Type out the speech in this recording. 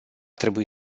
trebui